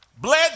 bled